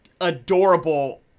adorable